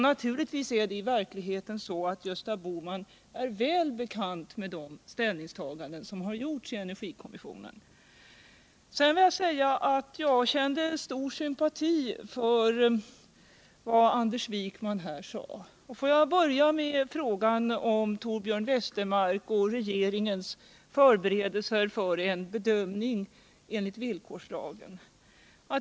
Naturligtvis är det i verkligheten så att Gösta Bohman är väl bekant med de ställningstaganden som gjorts i Jag kände stor sympati för vad Anders Wijkman här sade. Får jag börja med frågan om Torbjörn Westermark och regeringens förberedelse för en bedömning enligt villkorslagen.